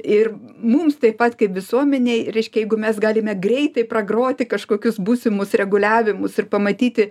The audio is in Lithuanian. ir mums taip pat kaip visuomenei reiškia jeigu mes galime greitai pragroti kažkokius būsimus reguliavimus ir pamatyti